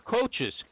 coaches